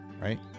Right